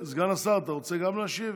סגן השר, אתה גם רוצה להשיב?